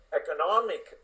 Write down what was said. economic